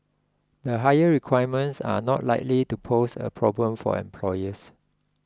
the higher requirements are not likely to pose a problem for employers